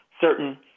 certain